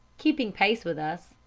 keeping pace with us,